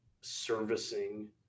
servicing